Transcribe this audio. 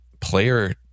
player